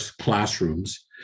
classrooms